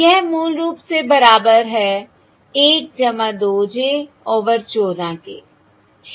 यह मूल रूप से बराबर है 1 2 j ओवर 14 के ठीक है